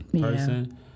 person